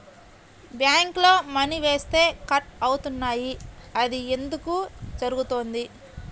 బ్యాంక్లో మని వేస్తే కట్ అవుతున్నాయి అది ఎందుకు జరుగుతోంది?